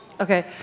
Okay